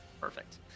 Perfect